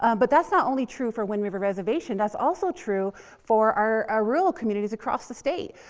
um but that's not only true for wind river reservation, that's also true for our ah rural communities across the state.